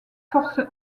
force